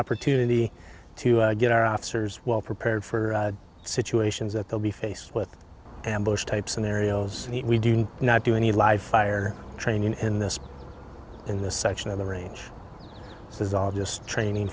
opportunity to get our officers well prepared for situations that they'll be faced with ambush type scenarios we do not do any live fire training in this in this section of the range this is all just training